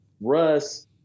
Russ